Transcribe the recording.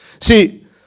See